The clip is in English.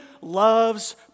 loves